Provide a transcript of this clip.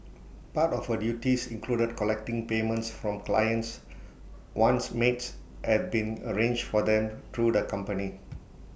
part of her duties included collecting payments from clients once maids had been arranged for them through the company